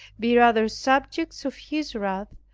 be rather subjects of his wrath,